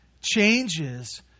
changes